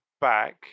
back